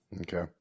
Okay